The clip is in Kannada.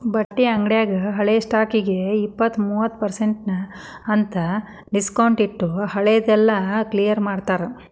ಬಟ್ಟಿ ಅಂಗ್ಡ್ಯಾಗ ಹಳೆ ಸ್ಟಾಕ್ಗೆ ಇಪ್ಪತ್ತು ಮೂವತ್ ಪರ್ಸೆನ್ಟ್ ಅಂತ್ ಡಿಸ್ಕೊಂಟ್ಟಿಟ್ಟು ಹಳೆ ದೆಲ್ಲಾ ಕ್ಲಿಯರ್ ಮಾಡ್ತಾರ